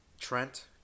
Trent